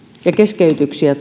ja keskeytyksiä